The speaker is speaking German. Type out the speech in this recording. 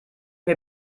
mir